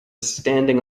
standing